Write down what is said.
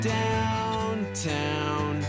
downtown